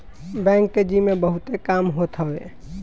bank के जिम्मे बहुते काम होत हवे